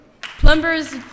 Plumbers